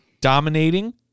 dominating